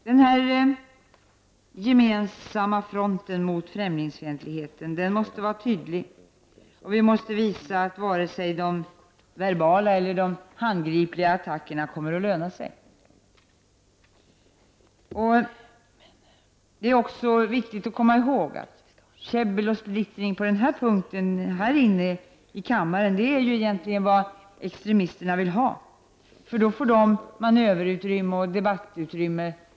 Den gemensamma fronten mot främlingsfientligheten måste vara tydlig. Vi måste visa att varken de verbala eller de handgripliga attackerna kommer att löna sig. Det är också viktigt att komma ihåg att käbbel och splittring på den här punkten i kammaren egentligen är vad extremisterna vill ha, eftersom de då får manöverutrymme och debattutrymme.